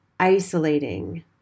isolating